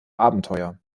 abenteuer